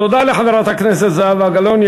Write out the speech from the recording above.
תודה לחברת הכנסת זהבה גלאון.